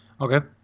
okay